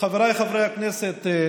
חבריי חברי הכנסת,